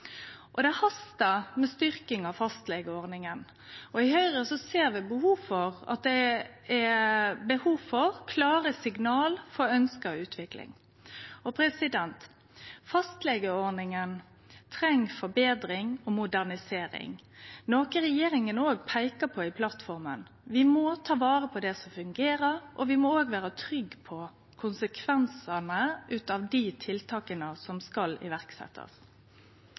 vurdering. Det hastar med styrking av fastlegeordninga, og i Høgre ser vi behov for klare signal for ønskt utvikling. Fastlegeordninga treng forbetring og modernisering, noko regjeringa òg peiker på i plattforma. Vi må ta vare på det som fungerer, og vi må òg vere trygge på konsekvensane av dei tiltaka som skal